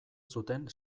zuten